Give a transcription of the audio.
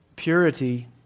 Purity